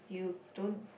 you don't